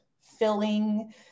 filling